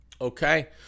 Okay